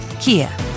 Kia